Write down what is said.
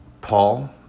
Paul